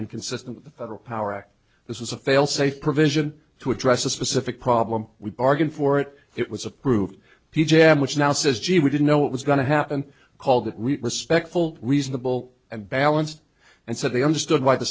and consistent with the federal power act this was a failsafe provision to address a specific problem we bargained for it it was approved p j which now says gee we didn't know what was going to happen called we respectful reasonable and balanced and said they understood why the